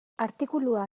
artikulua